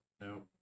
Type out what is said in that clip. No